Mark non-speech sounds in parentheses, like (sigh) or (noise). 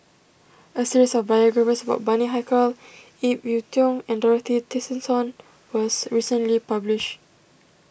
a series of biographies (noise) about Bani Haykal Ip Yiu Tung and Dorothy Tessensohn was recently published